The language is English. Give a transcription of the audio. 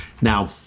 Now